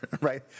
right